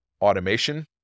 automation